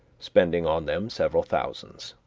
spending on them several thousands.